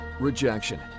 rejection